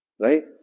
right